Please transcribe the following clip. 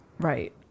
Right